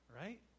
Right